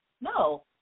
No